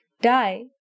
Die